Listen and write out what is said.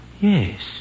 Yes